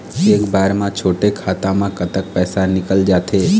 एक बार म छोटे खाता म कतक पैसा निकल जाथे?